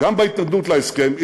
וגם בהתנגדות להסכם,